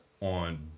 on